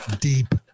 deep